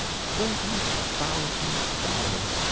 thir-ty thousand dollars!